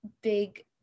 big